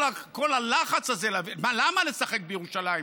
כל הלחץ הזה, למה לשחק בירושלים?